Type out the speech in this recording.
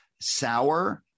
sour